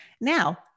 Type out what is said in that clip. Now